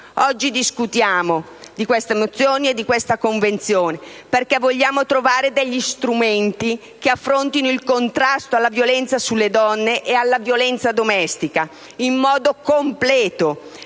Oggi discutiamo di queste mozioni e di questa Convenzione perché vogliamo trovare degli strumenti che affrontino il contrasto alla violenza sulle donne e alla violenza domestica in modo completo,